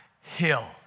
hill